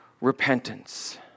repentance